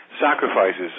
sacrifices